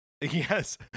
Yes